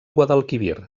guadalquivir